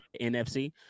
nfc